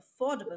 affordable